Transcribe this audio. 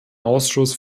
ausschuss